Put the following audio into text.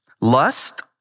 lust